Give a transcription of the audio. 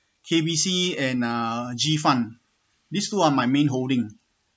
uh K_B_C and uh G fund these two are my main holding